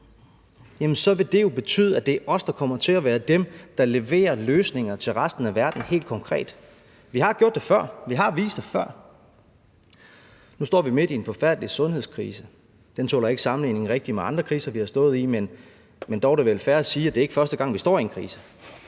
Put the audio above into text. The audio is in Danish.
så vil det jo betyde, at det er os, der kommer til at være dem, der leverer løsninger til resten af verden helt konkret. Vi har gjort det før, vi har vist det før. Nu står vi midt i en forfærdelig sundhedskrise. Den tåler ikke rigtig sammenligning med andre kriser, vi har stået i, men dog er det vel fair at sige, at det ikke er første gang, at vi står i en krise.